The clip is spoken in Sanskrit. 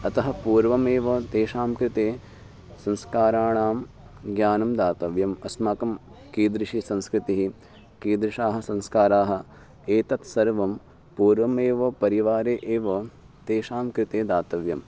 अतः पूर्वमेव तेषां कृते संस्काराणां ज्ञानं दातव्यम् अस्माकं कीदृशी संस्कृतिः कीदृशाः संस्काराः एतत् सर्वं पूर्वमेव परिवारे एव तेषां कृते दातव्यं